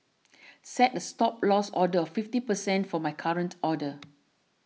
set a Stop Loss order of fifty percent for my current order